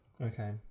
Okay